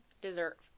dessert